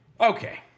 Okay